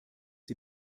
sie